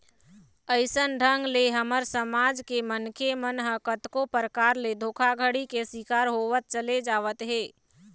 अइसन ढंग ले हमर समाज के मनखे मन ह कतको परकार ले धोखाघड़ी के शिकार होवत चले जावत हे